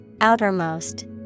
Outermost